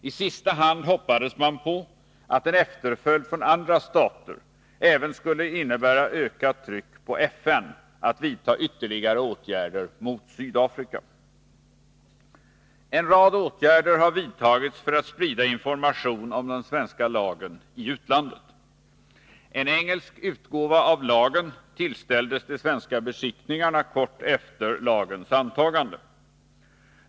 I sista hand hoppades man på att en efterföljd från andra stater även skulle innebära ökat tryck på FN att vidta ytterligare åtgärder mot Sydafrika. En rad åtgärder har vidtagits för att sprida information om den svenska lagen i utlandet. En engelsk utgåva av lagen tillställdes de svenska beskickningarna kort efter dess antagande.